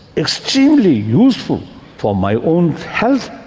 extremely useful for my own health,